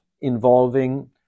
involving